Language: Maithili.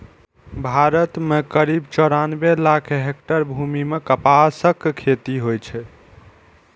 भारत मे करीब चौरानबे लाख हेक्टेयर भूमि मे कपासक खेती होइ छै